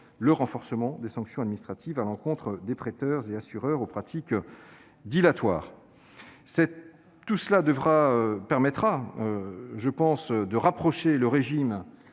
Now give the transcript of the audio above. le renforcement des sanctions administratives à l'encontre des prêteurs et des assureurs aux pratiques dilatoires. Tout cela permettra de rapprocher le régime